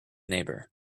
neighbour